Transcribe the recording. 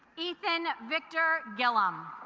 ethan victor gilliam